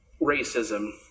racism